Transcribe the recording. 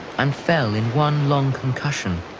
and fell in one long concussion,